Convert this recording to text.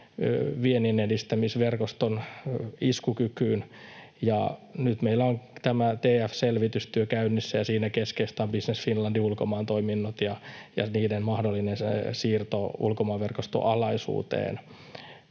vienninedistämisverkoston iskukykyyn. Nyt meillä on tämä TF-selvitystyö käynnissä, ja siinä keskeistä on Business Finlandin ulkomaantoiminnot ja niiden mahdollinen siirto ulkomaanverkoston alaisuuteen.